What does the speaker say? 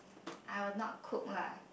I would not cook lah